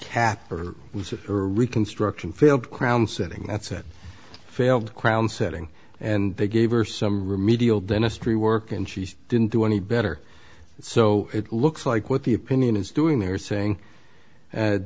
or was it a reconstruction failed crown setting that's it failed crown setting and they gave her some remedial dentistry work and she didn't do any better so it looks like what the opinion is doing they're saying